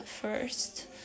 first